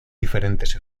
diferentes